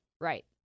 Right